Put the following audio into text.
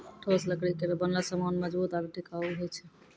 ठोस लकड़ी केरो बनलो सामान मजबूत आरु टिकाऊ होय छै